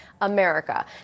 America